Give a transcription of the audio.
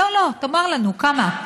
לא לא, תאמר לנו כמה.